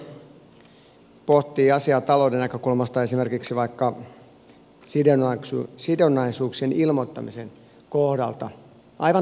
hallintovaliokunnan mietintö pohtii asiaa talouden näkökulmasta esimerkiksi vaikka sidonnaisuuksien ilmoittamisen kohdalta aivan toisin kuin perustuslakivaliokunta